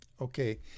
Okay